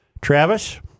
Travis